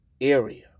area